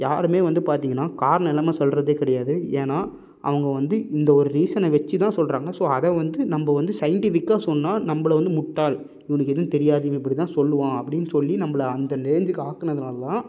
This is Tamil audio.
யாருமே வந்து பார்த்தீங்கன்னா காரணம் இல்லாம சொல்லுறதே கிடையாது ஏன்னா அவங்க வந்து இந்த ஒரு ரீசனை வச்சிதான் சொல்லுறாங்க ஸோ அதை வந்து நம்ப வந்து சயின்டிஃபிக்காக சொன்னா நம்பளை வந்து முட்டாள் இவனுக்கு எதுவும் தெரியாது இப்படிதான் சொல்லுவான் அப்படின்னு சொல்லி நம்பளை அந்த ரேஞ்சுக்கு ஆக்குனதுலா தான்